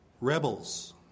rebels